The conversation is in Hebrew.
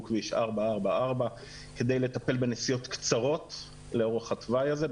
כביש 444 כדי לטפל בנסיעות קצרות לאורך התוואי הזה,